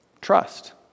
Trust